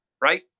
right